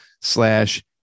slash